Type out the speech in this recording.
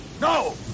No